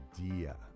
idea